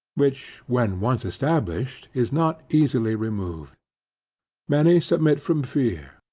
which when once established is not easily removed many submit from fear,